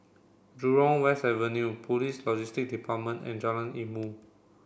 Jurong West Avenue Police Logistics Department and Jalan Ilmu